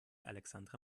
alexandra